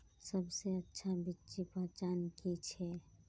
सबसे अच्छा बिच्ची पहचान की छे?